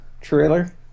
Trailer